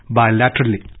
bilaterally